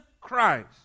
Christ